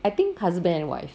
I think husband and wife